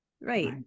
right